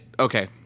okay